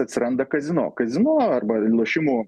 atsiranda kazino kazino arba lošimų